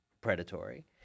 predatory